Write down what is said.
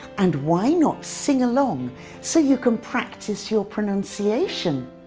and why not sing along so you can practise your pronunciation?